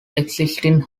existing